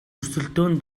өрсөлдөөн